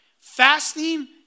fasting